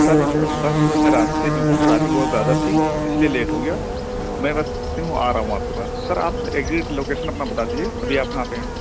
سر بس میں راستے میں ہوں ٹریفک بہت زیادہ تھی اس لیے لیٹ ہو گیا میں بس راستے میں ہوں آ رہا ہوں آپ کے پاس سر آپ ایکزیٹ لوکیشن اپنا بتا دیجیے ابھی آپ کہاں پہ ہیں